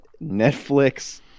Netflix